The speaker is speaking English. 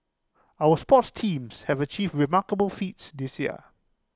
our sports teams have achieved remarkable feats this year